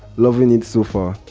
loving it so far.